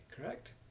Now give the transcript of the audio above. correct